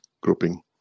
grouping